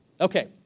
Okay